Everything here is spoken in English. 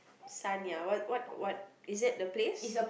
Sanya what what what is that the place